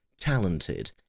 talented